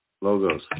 Logos